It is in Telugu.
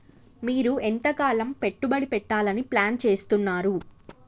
మీరు ఎంతకాలం పెట్టుబడి పెట్టాలని ప్లాన్ చేస్తున్నారు?